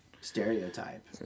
stereotype